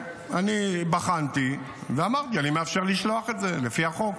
אני בחנתי ואמרתי: אני מאפשר לשלוח את זה לפי החוק.